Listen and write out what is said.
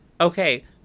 okay